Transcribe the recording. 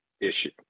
issue